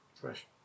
fresh